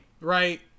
right